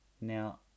Now